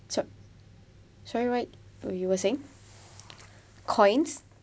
sor~ sorry what oh you were saying coins